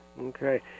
Okay